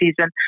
season